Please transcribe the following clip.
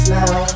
now